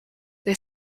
they